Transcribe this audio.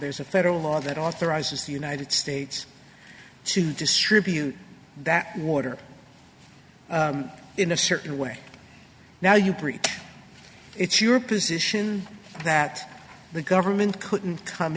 there's a federal law that authorizes the united states to distribute that water in a certain way now you pretend it's your position that the government couldn't come